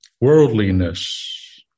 worldliness